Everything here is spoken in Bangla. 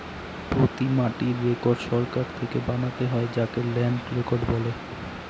প্রতি মাটির রেকর্ড সরকার থেকে বানাতে হয় যাকে ল্যান্ড রেকর্ড বলে